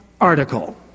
article